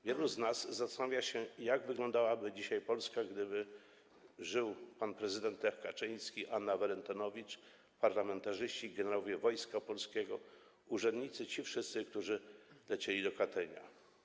Wielu z nas zastanawia się, jak wyglądałaby dzisiaj Polska, gdyby żyli pan prezydent Lecz Kaczyński, Anna Walentynowicz, parlamentarzyści, generałowie Wojska Polskiego, urzędnicy, ci wszyscy, którzy lecieli do Katynia.